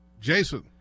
Jason